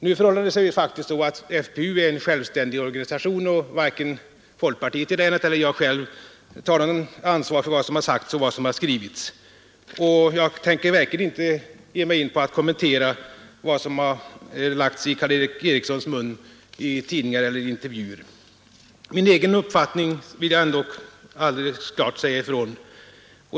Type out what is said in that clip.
Nu förhåller det sig faktiskt så att FPU är en självständig organisation, och varken folkpartiet i länet eller jag själv tar något ansvar för vad som har sagts och vad som har skrivits. Jag tänker verkligen heller inte ge mig in på att kommentera vad som har lagts i Karl Erik Erikssons mun i tidningar eller intervjuer. Min egen uppfattning vill jag ändå alldeles klart framföra.